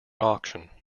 auction